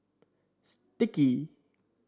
Sticky